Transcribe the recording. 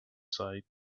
site